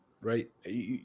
right